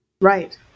Right